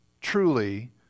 truly